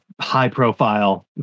high-profile